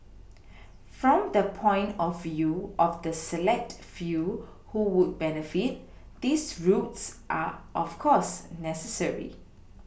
from the point of you of the select few who would benefit these routes are of course necessary